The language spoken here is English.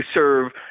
serve